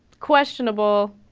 questionable